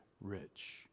rich